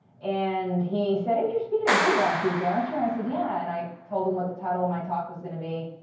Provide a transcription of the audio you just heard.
and he said, and you're speaking at google on tuesday, aren't you? and i said, yeah. and i told them what the title of my talk was going to be,